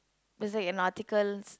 basic in articles